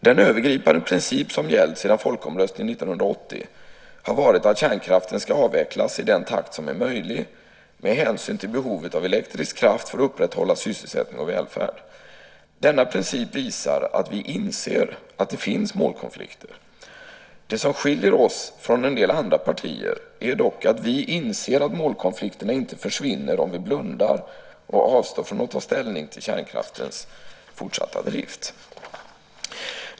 Den övergripande princip som gällt sedan folkomröstningen 1980 har varit att kärnkraften ska avvecklas i den takt som är möjlig med hänsyn till behovet av elektrisk kraft för att upprätthålla sysselsättning och välfärd. Denna princip visar att vi inser att det finns målkonflikter. Det som skiljer oss från en del andra partier är dock att vi inser att målkonflikterna inte försvinner om vi blundar och avstår från att ta ställning till kärnkraftens fortsatta drift.